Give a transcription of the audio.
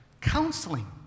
counseling